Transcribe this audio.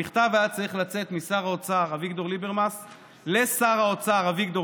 המכתב היה צריך לצאת משר האוצר אביגדור ליברמס לשר האוצר אביגדור